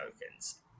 tokens